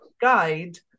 guide